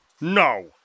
No